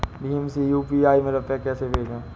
भीम से यू.पी.आई में रूपए कैसे भेजें?